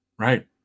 Right